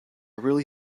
really